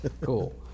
Cool